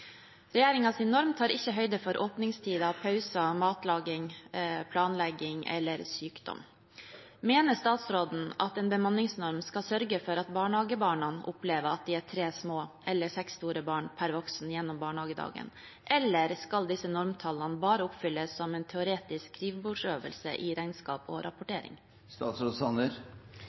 norm tar ikke høyde for åpningstider, pauser, matlaging, planlegging eller sykdom. Mener statsråden at en bemanningsnorm skal sørge for at barnehagebarna opplever at de er tre små eller seks store barn per voksen gjennom barnehagedagen, eller skal disse normtallene bare oppfylles som en teoretisk skrivebordsøvelse i regnskap og